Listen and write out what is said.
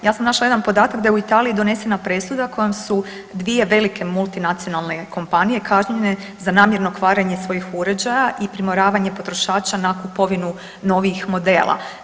Ja sam našla jedan podatak da je u Italiji donesena presuda kojom su dvije velike multinacionalne kompanije kažnjene za namjerno kvarenje svojih uređaja i primoravanje potrošača na kupovinu novijih modela.